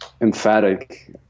emphatic